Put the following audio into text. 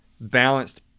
balanced